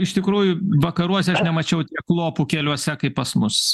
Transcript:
iš tikrųjų vakaruose aš nemačiau tiek lopų keliuose kaip pas mus